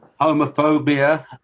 homophobia